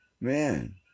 man